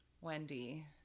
Wendy